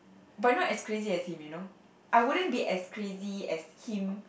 but not as crazy as him you know I wouldn't be as crazy as him